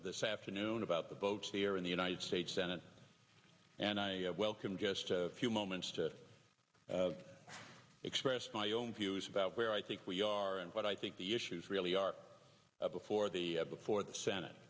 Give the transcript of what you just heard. this afternoon about the votes here in the united states senate and i welcome just a few moments to express my own views about where i think we are and what i think the issues really are of before the before the senate